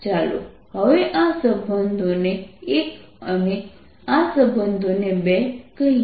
ચાલો હવે આ સંબંધોને એક અને આ સંબંધને બે કહીએ